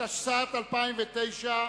התשס"ט 2009,